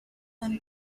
then